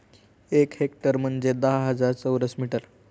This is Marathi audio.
एक हेक्टर म्हणजे दहा हजार चौरस मीटर